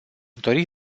dori